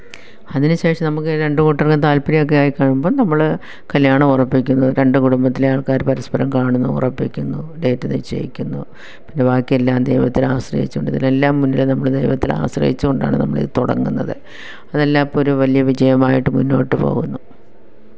അതിന് ശേഷം നമുക്ക് രണ്ട് കൂട്ടര്ക്കും താല്പര്യമൊക്കെ ആയി കഴിയുമ്പോള് നമ്മൾ കല്യാണം ഉറപ്പിക്കുന്നു രണ്ട് കുടുംബത്തിലെ ആള്ക്കാർ പരസ്പരം കാണുന്നു ഉറപ്പിക്കുന്നു ഡേറ്റ് നിശ്ചയിക്കുന്നു പിന്നെ ബാക്കിയെല്ലാം ദൈവത്തിനെ ആശ്രയിച്ചോണ്ട് ഇതിലെല്ലാം മുന്നിൽ നമ്മൾ ദൈവത്തിൽ ആശ്രയിച്ച് കൊണ്ടാണ് നമ്മളിത് തുടങ്ങുന്നത് അതെല്ലാപ്പൊരു വലിയ വിജയമായിട്ട് മുന്നോട്ട് പോകുന്നു